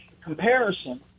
comparison